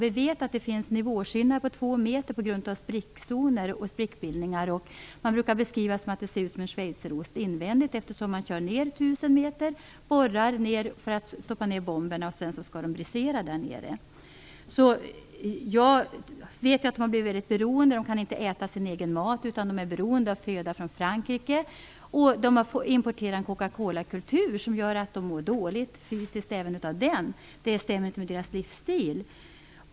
Vi vet att det finns en nivåskillnad på två meter på grund av sprickzoner och sprickbildningar. Man brukar beskriva det som att det ser ut schweizerost invändigt, eftersom man borrar tusen meter ner för att stoppa i bomberna som sedan skall brisera där nere. Jag vet att det har uppstått ett beroende. Invånarna kan inte äta sin egen mat, utan de är beroende av föda från Frankrike. De har importerat en Coca Cola-kultur som gör att de mår fysiskt dåligt även av denna. Det stämmer inte med deras livsstil.